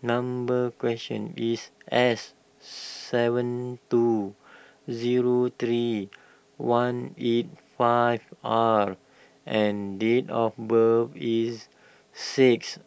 number question is S seven two zero three one eight five R and date of birth is six